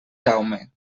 jaume